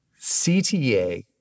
CTA